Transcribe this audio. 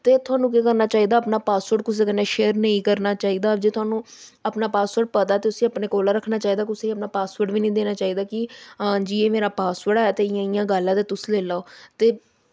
ते तुसें केह् करना चाहिदा तुसें अपना पासबर्ड कुसै कन्नै शेयर नेईं करना चाहिदा ते जे तुहानू अपना पासबर्ड पता ऐ ते तुसें अपने कोल रक्खना चाहिदा कुसै गी अपना पासबर्ड बी निं देना चाहिदा कि हां जी एह् मेरा पासबर्ड ऐ ते इ'यां इ'यां गल्ल ऐ तुस लेई लैओ